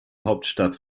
hauptstadt